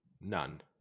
none